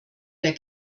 der